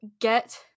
get